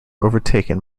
overtaken